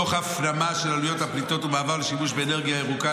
תוך הפנמה של עלויות הפליטות ומעבר לשימוש באנרגיה ירוקה,